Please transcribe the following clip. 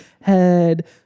head